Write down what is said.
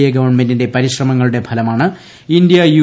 A ഗവണ്മെന്റിന്റെ പരിശ്രമങ്ങളുടെ ഫലമാണ് ഇന്ത്യ യു